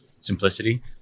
simplicity